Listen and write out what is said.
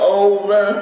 over